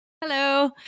Hello